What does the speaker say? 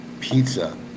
pizza